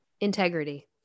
Integrity